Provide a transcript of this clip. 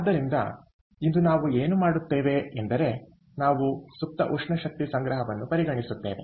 ಆದ್ದರಿಂದ ಇಂದು ನಾವು ಏನು ಮಾಡುತ್ತೇವೆ ಎಂದರೆ ನಾವು ಸುಪ್ತ ಉಷ್ಣ ಶಕ್ತಿ ಸಂಗ್ರಹವನ್ನು ಪರಿಗಣಿಸುತ್ತೇವೆ